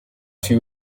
sue